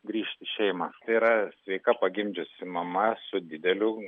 grįžti į šeimą tai yra sveika pagimdžiusi mama su dideliu